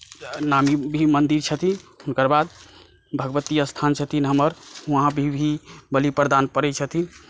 नामी भी मन्दिर छथिन हुनकर बाद भगवती स्थान छथिन हमर वहाँपे भी बलि प्रदान पड़ै छथिन